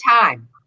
time